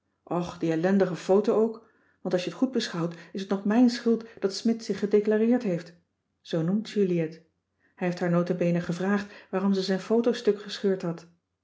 och die ellendige foto ook want als je t goed beschouwt is t nog mijn schuld dat smidt zich gedeclareerd heeft zoo noemt julie het hij heeft haar nota bene gevraagd waarom ze zijn foto stukgescheurd had